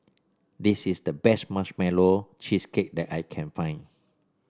this is the best Marshmallow Cheesecake that I can find